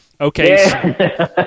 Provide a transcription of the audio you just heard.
Okay